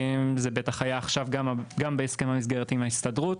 זה בטח היה עכשיו גם במסגרת ההסכם עם ההסתדרות.